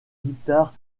guitares